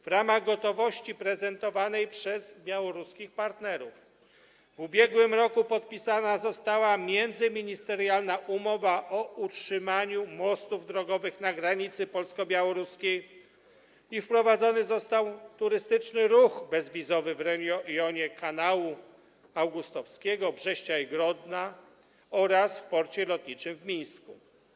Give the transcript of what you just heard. W ramach gotowości prezentowanej przez białoruskich partnerów w ubiegły roku podpisana została międzyministerialna umowa o utrzymaniu mostów drogowych na granicy polsko-białoruskiej i wprowadzony został turystyczny ruch bezwizowy w rejonie Kanału Augustowskiego, Brześcia i Grodna oraz w porcie lotniczym w Mińsku.